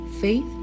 faith